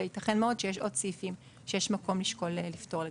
וייתכן מאוד שישנם עוד סעיפים שיש מקום לשקול לפטור לגביהם.